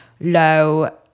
low